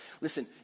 Listen